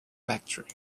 factory